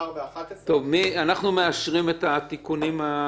אנחנו מאשרים את התיקונים.